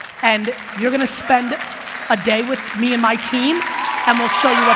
and you're gonna spend a day with me and my team and we'll show